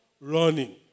running